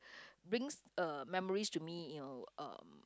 brings uh memories to me you know um